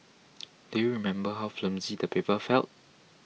do you remember how flimsy the paper felt